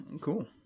cool